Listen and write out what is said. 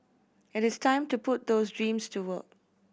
it is time to put those dreams to work